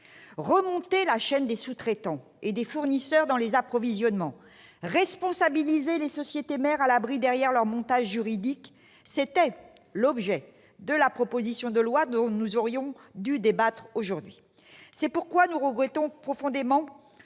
Remonter la chaîne des sous-traitants et des fournisseurs dans les approvisionnements, « responsabiliser » les sociétés mères, à l'abri derrière leurs montages juridiques, tel était l'objet de la proposition de loi dont nous aurions dû débattre aujourd'hui. Nous regrettons profondément